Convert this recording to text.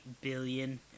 billion